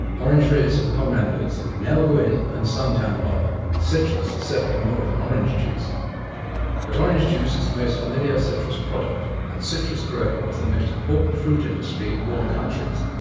orangeries and pomanders, nell gwynn and sun-tan oil, citrus is certainly more than orange-juice. but orange-juice is the most familiar citrus product and citrus-growing is the most important fruit industry in warm countries,